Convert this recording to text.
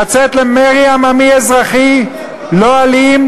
לצאת למרי עממי אזרחי לא אלים,